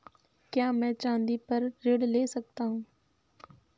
क्या मैं चाँदी पर ऋण ले सकता हूँ?